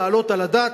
להעלות על הדעת,